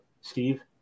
Steve